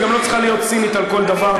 ואת גם לא צריכה להיות צינית על כל דבר.